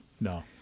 No